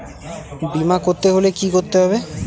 বিমা করতে হলে কি করতে হবে?